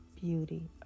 beauty